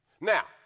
Now